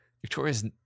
Victoria's